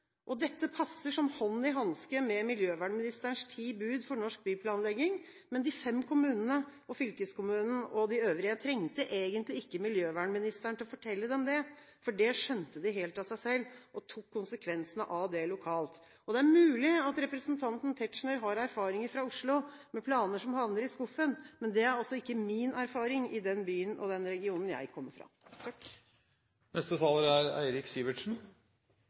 klare dette alene. Dette passer som hånd i hanske med miljøvernministerens ti bud for norsk byplanlegging, men de fem kommunene, fylkeskommunen og de øvrige trengte egentlig ikke miljøvernministeren til å fortelle dem det. Det skjønte de helt av seg selv og tok konsekvensene av det lokalt. Det er mulig at representanten Tetzschner har erfaringer fra Oslo med planer som havner i skuffen, men det er ikke min erfaring i den byen og den regionen jeg kommer fra. En stor befolkningsvekst er